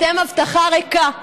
אתם הבטחה ריקה.